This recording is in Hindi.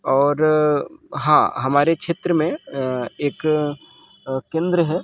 और हाँ हमारे क्षेत्र में एक केंद्र है